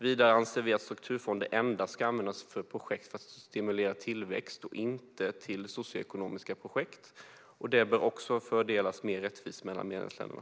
Vidare anser vi att strukturfonder endast ska användas till projekt för att stimulera tillväxt och inte till socioekonomiska projekt. De bör också fördelas mer rättvist mellan medlemsländerna.